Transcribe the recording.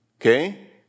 Okay